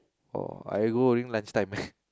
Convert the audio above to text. oh I go during lunchtime